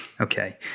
Okay